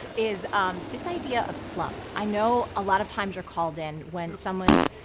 is um this idea of slumps. i know a lot of times you're called in when someone's,